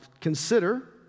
Consider